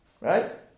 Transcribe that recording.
Right